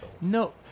No